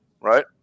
Right